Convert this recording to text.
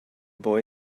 boy